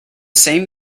same